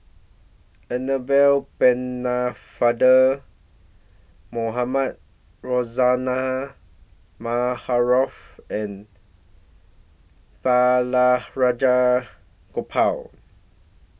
Annabel Pennefather Mohamed Rozani Maarof and Balraj Gopal